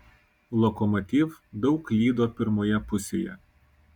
lokomotiv daug klydo pirmoje pusėje